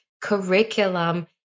curriculum